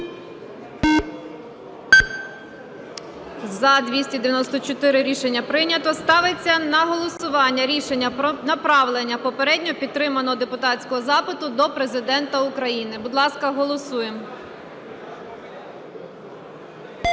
За-294 Рішення прийнято. Ставиться на голосування рішення про направлення попередньо підтриманого депутатського запиту до Президента України. Будь ласка, голосуємо.